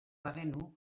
bagenu